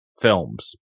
films